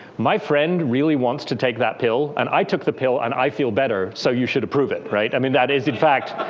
my friend really wants to take that pill. and i took the pill and i feel better, so you should approve it. right. i mean that is, in fact,